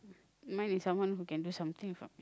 mine is someone who can do something for